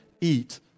eat